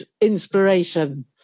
inspiration